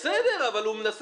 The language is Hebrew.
שהסגן הנוסף שאתה